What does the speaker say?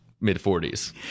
mid-40s